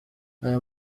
aya